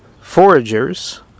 foragers